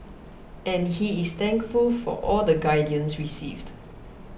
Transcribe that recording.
and he is thankful for all the guidance received